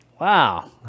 Wow